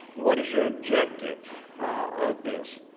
what is your objective of this?